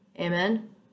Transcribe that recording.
amen